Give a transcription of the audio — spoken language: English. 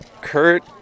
Kurt